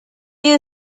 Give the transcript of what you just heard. you